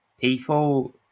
people